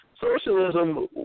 socialism